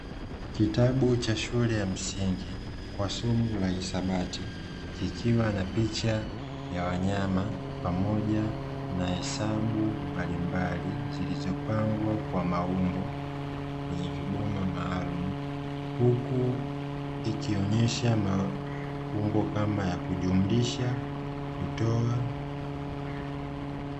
Kitabu cha shule ya msingi kwa somo la hisabati kikiwa na picha ya wanyama pamoja na hesabu mbalimbali zilizopangwa kwa maumbo kwenye viboma maalumu, huku ikionyesha maumbo kama ya kujumlisha, kutoa.